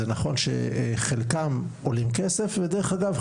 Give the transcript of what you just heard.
זה נכון שחלקם עולים כסף ודרך אגב,